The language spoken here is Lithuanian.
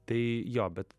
tai jo bet